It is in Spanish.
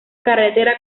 carretera